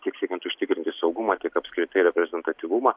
tik siekiant užtikrinti saugumą tiek apskritai reprezentatyvumą